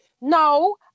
No